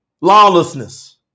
lawlessness